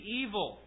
evil